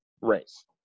race